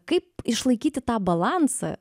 kaip išlaikyti tą balansą